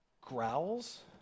growls